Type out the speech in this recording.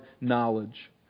knowledge